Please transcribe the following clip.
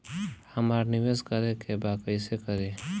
हमरा निवेश करे के बा कईसे करी?